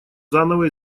заново